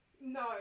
No